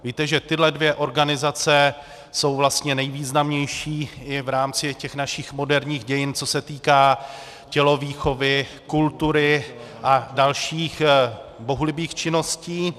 Víte, že tyto dvě organizace jsou vlastně nejvýznamnější i v rámci našich moderních dějin, co se týká tělovýchovy, kultury a dalších bohulibých činností.